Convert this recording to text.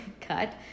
cut